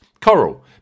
Coral